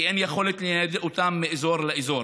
כי אין יכולת לנייד אותם מאזור לאזור.